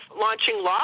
launching